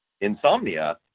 insomnia